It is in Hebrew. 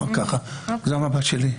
זה המבט שלי.